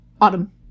Autumn